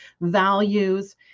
values